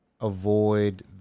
Avoid